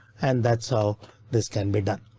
and that's how this can be done.